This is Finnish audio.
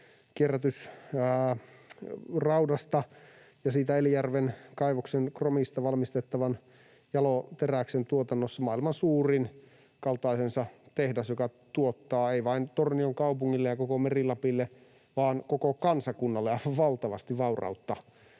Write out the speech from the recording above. kierrätysraudasta ja siitä Elijärven kaivoksen kromista valmistettavan jaloteräksen tuotannossa maailman suurin kaltaisensa tehdas ja joka tuottaa ei vain Tornion kaupungille ja koko Meri-Lapille vaan koko kansakunnalle aivan valtavasti vaurautta